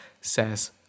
says